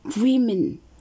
Women